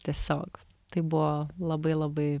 tiesiog tai buvo labai labai